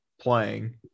playing